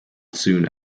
soon